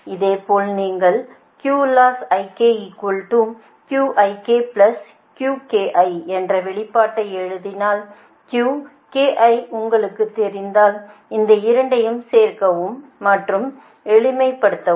இதேபோல் நீங்கள் என்ற வெளிப்பாட்டை எழுதினால் Q ki உங்களுக்குத் தெரிந்தால் இந்த 2 ஐயும் சேர்க்கவும் மற்றும் எளிமைப்படுத்தவும்